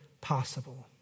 possible